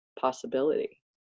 possibility